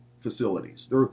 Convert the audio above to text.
facilities